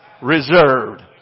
reserved